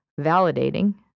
validating